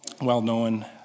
well-known